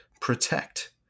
protect